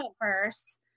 first